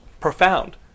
profound